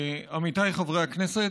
עמיתיי חבריי הכנסת,